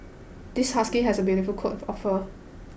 this husky has a beautiful coat of fur